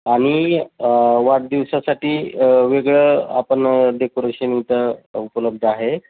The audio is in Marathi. आणि वाढदिवसासाठी वेगळं आपण डेकोरेशन इथं उपलब्ध आहे